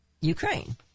Ukraine